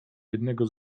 jednego